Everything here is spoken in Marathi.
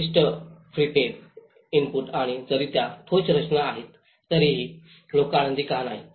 विशिष्ट प्रीफेब इनपुट आणि जरी त्या ठोस रचना आहेत तरीही तरीही लोक आनंदी का नाहीत